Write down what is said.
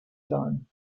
time